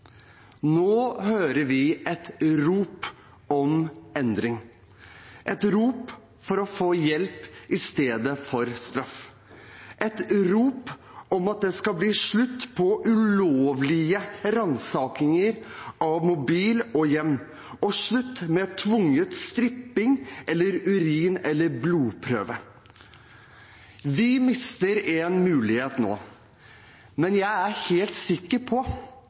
Nå hører vi et rop om endring – et rop for å få hjelp i stedet for straff, et rop om at det skal bli slutt på ulovlige ransakinger av mobil og hjem, og slutt med tvungen stripping eller urin- eller blodprøve. Vi mister en mulighet nå, men jeg er helt sikker på